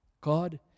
God